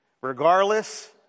Regardless